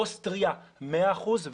אוסטריה עם 100 אחוזים וכולי.